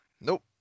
Nope